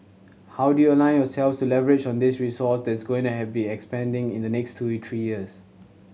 how do you align yourselves to leverage on this resource that's going to have been expanding in the next two three years